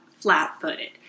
flat-footed